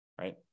right